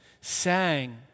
sang